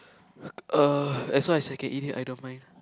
uh as long as I can eat it I don't mind